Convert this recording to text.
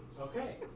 Okay